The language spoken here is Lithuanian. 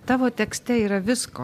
tavo tekste yra visko